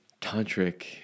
tantric